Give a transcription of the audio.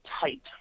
tight